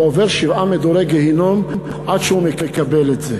הוא עובר שבעה מדורי גיהינום עד שהוא מקבל את זה.